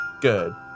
Good